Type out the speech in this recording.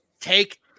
take